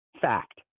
fact